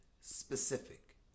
specific